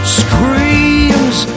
screams